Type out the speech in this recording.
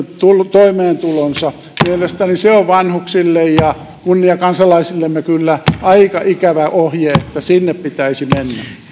toimeentulonsa mielestäni se on vanhuksille kunniakansalaisillemme kyllä aika ikävä ohje että sinne pitäisi mennä